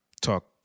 talk